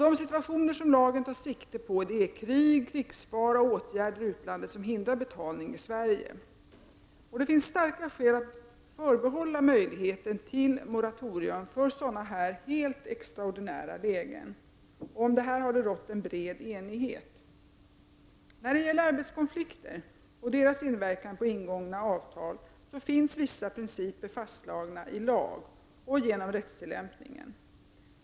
De situationer som lagen tar sikte på är krig, krigsfara och åtgärder i utlandet som hindrar betalning i Sverige. Det finns starka skäl att förbehålla möjligheten till moratorium för sådana helt extraordinära lägen. Om detta har det rått en bred enighet. När det gäller arbetskonflikter och deras inverkan på ingångna avtal finns vissa principer fastlagda i lag och genom rättstillämpningen.